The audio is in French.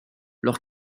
leur